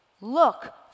look